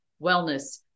wellness